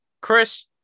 Chris